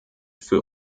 für